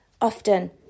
often